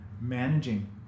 managing